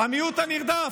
"המיעוט הנרדף".